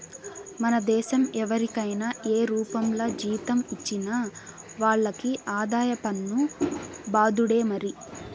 మన దేశం ఎవరికైనా ఏ రూపంల జీతం ఇచ్చినా వాళ్లకి ఆదాయ పన్ను బాదుడే మరి